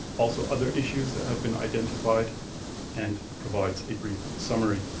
also other issues that have been identified and provides a brief summary.